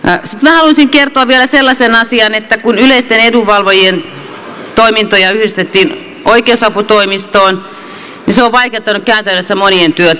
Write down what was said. sitten minä haluaisin kertoa vielä sellaisen asian että kun yleisten edunvalvojien toimintoja yhdistettiin oikeusaputoimistoon niin se on vaikeuttanut käytännössä monien työtä